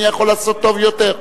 אני יכולה לעשות טוב יותר.